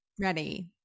Ready